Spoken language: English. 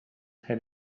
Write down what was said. had